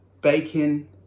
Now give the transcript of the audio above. Bacon